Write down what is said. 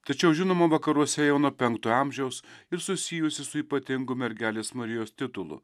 tačiau žinoma vakaruose jau nuo penktojo amžiaus ir susijusi su ypatingu mergelės marijos titulu